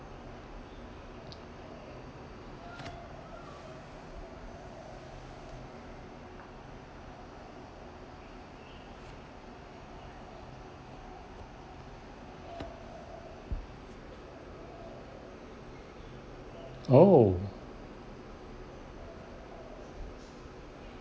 !ow!